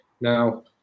now